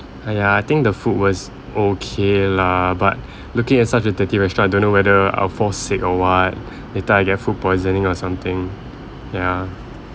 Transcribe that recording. !aiya! I think the food was okay lah but looking at such a dirty restaurant I don't know whether I'll fall sick or what later I get food poisoning or something ya